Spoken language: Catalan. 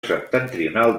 septentrional